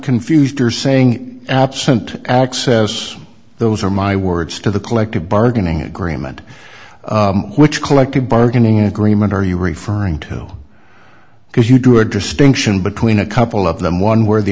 confused you're saying absent access those are my words to the collective bargaining agreement which collective bargaining agreement are you referring to because you drew a distinction between a couple of them one where the